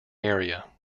area